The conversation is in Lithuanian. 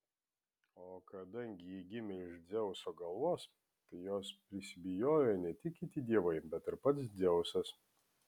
o kadangi ji gimė iš dzeuso galvos tai jos prisibijojo ne tik kiti dievai bet ir pats dzeusas